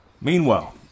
Meanwhile